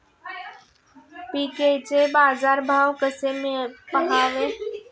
पिकांचा बाजार भाव कसा पहावा?